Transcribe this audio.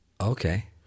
Okay